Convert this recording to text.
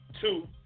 two